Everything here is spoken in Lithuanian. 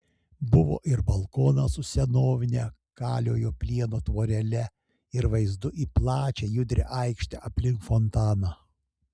buvo ir balkonas su senovine kaliojo plieno tvorele ir vaizdu į plačią judrią aikštę aplink fontaną